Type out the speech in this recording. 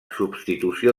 substitució